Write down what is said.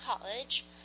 college